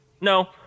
No